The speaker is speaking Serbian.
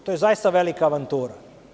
To je zaista velika avantura.